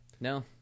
No